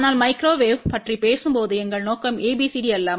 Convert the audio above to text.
ஆனால் மைக்ரோவேவ் பற்றி பேசும்போது எங்கள் நோக்கம் ABCD அல்ல